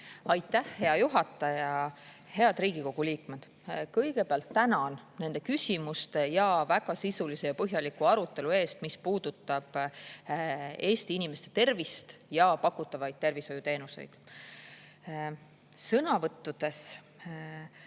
Aitäh, hea juhataja! Head Riigikogu liikmed! Kõigepealt tänan nende küsimuste ja väga sisulise ja põhjaliku arutelu eest, mis puudutab Eesti inimeste tervist ja pakutavaid tervishoiuteenuseid. Sõnavõttudes